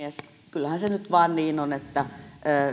kyllähän se nyt vain niin on että